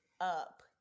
up